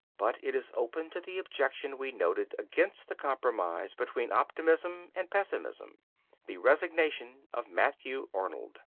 but it is open to the objection we noted against the compromise between optimism and pessimism the resignation of matthew arnold.